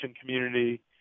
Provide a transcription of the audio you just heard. community